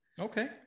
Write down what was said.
Okay